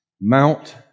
Mount